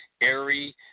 airy